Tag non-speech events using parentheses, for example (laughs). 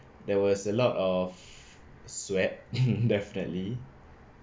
there was a lot of sweat (laughs) definitely